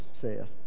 says